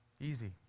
Easy